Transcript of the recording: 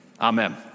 amen